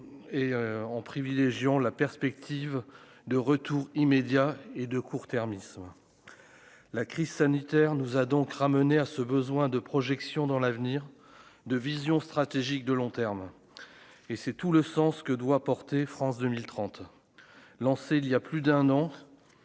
et en privilégiant la perspective de retour immédiat et de court-termisme la crise sanitaire nous a donc ramené à ce besoin de projection dans l'avenir de vision stratégique de long terme et c'est tout le sens que doit porter, France 2030 lancé il y a plus d'un an.